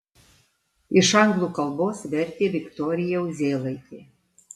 iš anglų kalbos vertė viktorija uzėlaitė